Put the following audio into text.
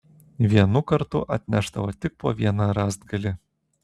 vienu kartu atnešdavo tik po vieną rąstgalį